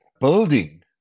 building